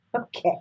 Okay